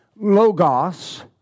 logos